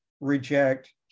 reject